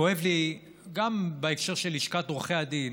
כואב לי גם בהקשר של לשכת עורכי הדין,